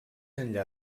enllà